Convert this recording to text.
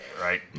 right